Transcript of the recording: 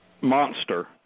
monster